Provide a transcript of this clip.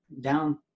Down